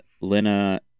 Lena